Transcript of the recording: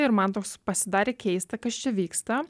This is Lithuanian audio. ir man toks pasidarė keista kas čia vyksta